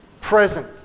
present